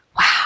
wow